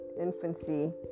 infancy